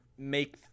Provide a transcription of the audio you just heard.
make